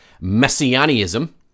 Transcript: messianism